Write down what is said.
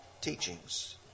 teachings